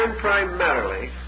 primarily